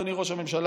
אדוני ראש הממשלה,